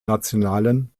nationalen